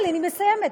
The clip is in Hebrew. ולהילחם בתוך הצבא,